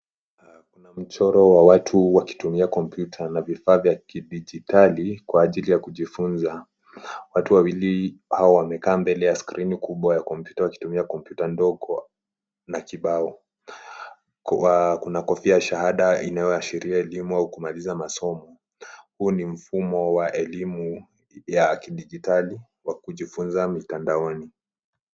Kuna mchoro wa watu wakitumia kompyuta na vifaa vya kidijitali kwa ajili ya kujifunza. Watu wawili hao wamekaa mbele ya skrini kubwa ya kompyuta, wakitumia kompyuta ndogo na kibao. Kuna kofia ya shahada inayoashiria elimu au kumaliza masomo. Huu ni mfumo wa elimu ya kidijitali wa kujifunza mitandaoni.